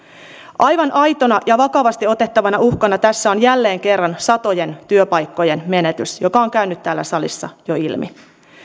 aivan aitona ja vakavasti otettavana uhkana tässä on jälleen kerran satojen työpaikkojen menetys joka on käynyt täällä salissa jo ilmi